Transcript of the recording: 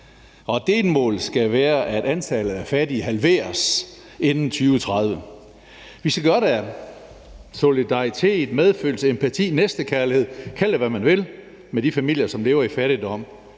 og delmålet skal være, at antallet af fattige halveres inden 2030. Vi skal gøre det af solidaritet, medfølelse, empati, næstekærlighed – man må kalde det, hvad man vil – med de familier, som lever i fattigdom,